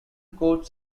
court